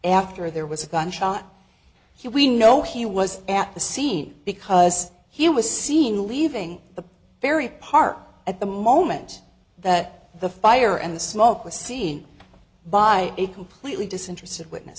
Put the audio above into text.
after there was a gunshot here we know he was at the scene because he was seen leaving the very park at the moment that the fire and the smoke was seen by a completely disinterested witness